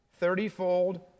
thirtyfold